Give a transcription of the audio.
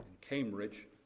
Cambridge